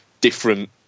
different